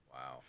Wow